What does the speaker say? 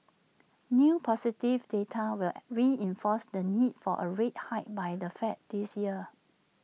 new positive data will reinforce the need for A rate hike by the fed this year